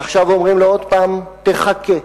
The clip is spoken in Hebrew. עכשיו, אומרים לו עוד פעם: תחכה.